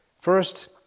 First